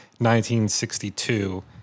1962